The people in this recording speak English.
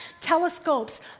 telescopes